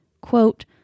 quote